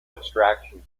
extraction